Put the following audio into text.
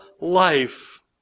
life